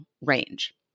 range